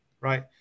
right